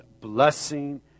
blessing